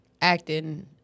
acting